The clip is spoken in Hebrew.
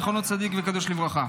זכר צדיק וקדוש לברכה.